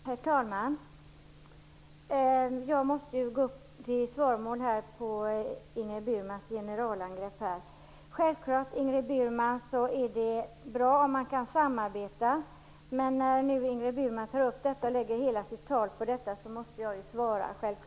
Herr talman! Jag måste gå upp i svaromål på Ingrid Burmans generalangrepp. Självklart är det, Ingrid Burman, bra om man kan samarbeta, men när Ingrid Burman i detta sammanhang tar upp hela citat måste jag svara.